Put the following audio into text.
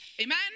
amen